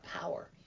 power